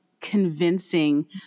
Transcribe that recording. convincing